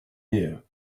year